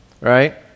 right